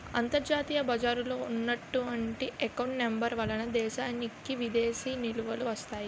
అంతర్జాతీయ బజారులో ఉన్నటువంటి ఎకౌంట్ నెంబర్ వలన దేశానికి విదేశీ నిలువలు వస్తాయి